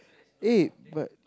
eh but